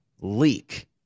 leak